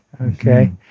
Okay